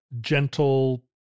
gentle